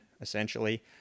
essentially